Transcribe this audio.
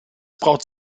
braucht